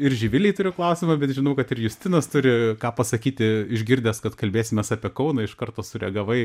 ir živilei turiu klausimą bet žinau kad ir justinas turi ką pasakyti išgirdęs kad kalbėsimės apie kauną iš karto sureagavai